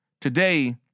Today